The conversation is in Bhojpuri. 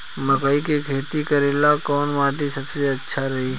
मकई के खेती करेला कैसन माटी सबसे अच्छा रही?